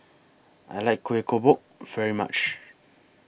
I like Kueh Kodok very much